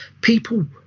People